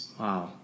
Wow